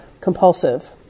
compulsive